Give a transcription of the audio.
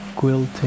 guilty